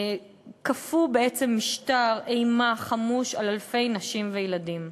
כפו בעצם משטר אימה חמוש על אלפי נשים וילדים.